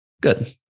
good